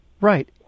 right